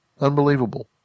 Unbelievable